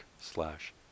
slash